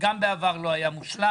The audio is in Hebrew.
גם בעבר לא היה מושלם,